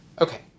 Okay